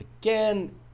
again